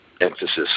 emphasis